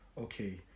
okay